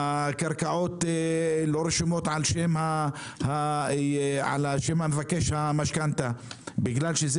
הקרקעות לא רשומות על שם מבקש המשכנתא בגלל שזה